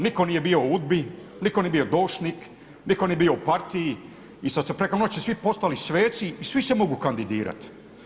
Nitko nije bio u UDBA-i, nitko nije bio doušnik, nitko nije bio u partiji i sad su preko noći svi postali sveci i svi se mogu kandidirati.